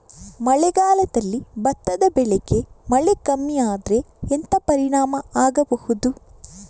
ಮಳೆಗಾಲದಲ್ಲಿ ಭತ್ತದ ಬೆಳೆಗೆ ಮಳೆ ಕಮ್ಮಿ ಆದ್ರೆ ಎಂತ ಪರಿಣಾಮ ಆಗಬಹುದು?